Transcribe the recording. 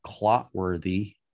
Clotworthy